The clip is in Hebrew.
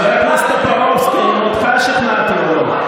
חבר הכנסת טופורובסקי, האם אותך שכנעתי או לא?